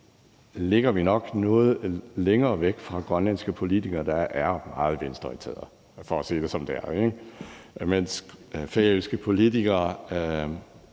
ligger vi nok noget længere væk fra de grønlandske politikere, der er meget venstreorienterede – for at sige det, som det er – mens de færøske politikere,